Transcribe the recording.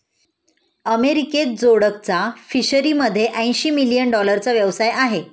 अमेरिकेत जोडकचा फिशरीमध्ये ऐंशी मिलियन डॉलरचा व्यवसाय आहे